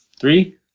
Three